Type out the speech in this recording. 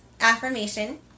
affirmation